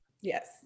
Yes